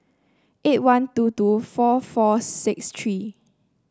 eight one two two four four six three